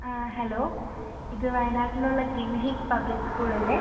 hello ഇത് വായനാട്ടിലുള്ള green hills public school അല്ലേ